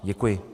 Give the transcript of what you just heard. Děkuji.